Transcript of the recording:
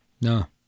No